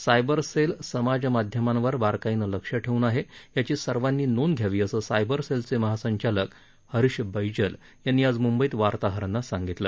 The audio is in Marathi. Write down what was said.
सायबर सेल समाज माध्यमांवर बारकाईनं लक्ष ठेवून आहे याची सर्वांनी नोंद घ्यावी असं सायबर सेलचे महासंचालक हरिष बैजल यांनी आज मुंबईत वार्ताहरांना सांगितलं